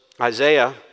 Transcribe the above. Isaiah